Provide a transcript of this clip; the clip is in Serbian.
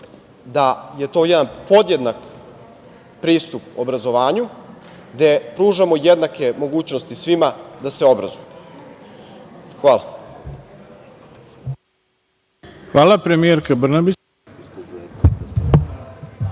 da je to jedan podjednak pristup obrazovanju gde pružamo jednake mogućnosti svima da se obrazuju. Hvala. **Ivica Dačić**